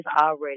already